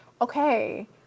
okay